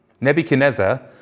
Nebuchadnezzar